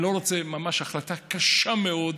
זו ממש החלטה קשה מאוד,